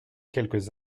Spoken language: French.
quelques